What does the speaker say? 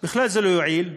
בכלל זה לא יועיל.